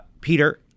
Peter